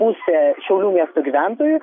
pusė šiaulių miesto gyventojų